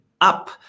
up